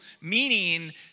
meaning